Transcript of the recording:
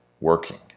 working